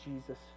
jesus